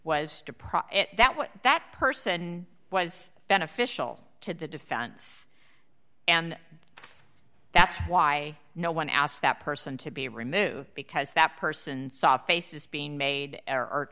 prop that what that person was beneficial to the defense and that's why no one asked that person to be removed because that person saw faces being made